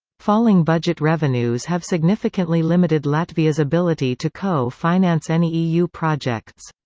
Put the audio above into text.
falling budget revenues have significantly limited latvia's ability to co-finance any eu projects.